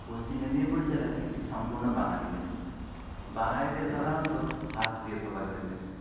পশ্চিম মেদিনীপুর জেলা একটি সম্পূর্ণ বাঙালি জেলা বাঙালিদের সাধারণত ভাত প্রিয় খাবার হয়ে থাকে